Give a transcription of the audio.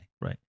Right